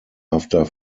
after